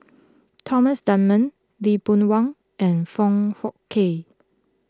Thomas Dunman Lee Boon Wang and Foong Fook Kay